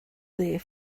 there